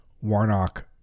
Warnock